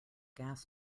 gas